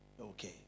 Okay